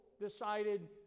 decided